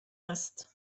است